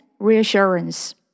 reassurance